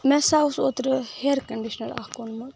مےٚ ہسا اوس اوترٕ ہیر کنڈشنر اکھ اوٚنمُت